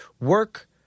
work